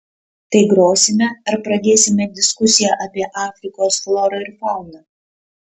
tai grosime ar pradėsime diskusiją apie afrikos florą ir fauną